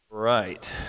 Right